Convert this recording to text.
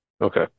okay